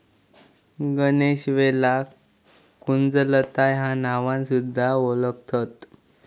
गणेशवेलाक कुंजलता ह्या नावान सुध्दा वोळखतत